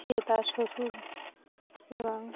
সে তার শ্বশুর এবং